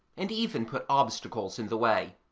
and even put obstacles in the way.